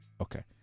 Okay